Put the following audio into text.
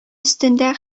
өстендә